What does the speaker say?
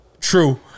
true